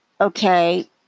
Okay